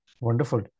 Wonderful